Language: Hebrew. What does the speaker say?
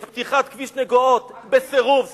את פתיחת כביש נגוהות בניגוד